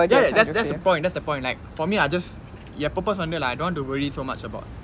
ya ya that's that's the point that's the point like for me I just என்:yen purpose வந்து:vanthu I don't want to worry so much about